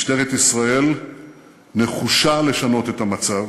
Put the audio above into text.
משטרת ישראל נחושה לשנות את המצב